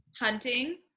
hunting